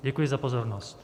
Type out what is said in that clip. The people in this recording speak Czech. Děkuji za pozornost.